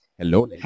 Hello